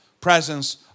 presence